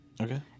Okay